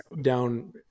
down